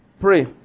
Pray